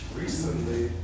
recently